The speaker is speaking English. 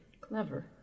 clever